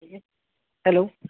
hello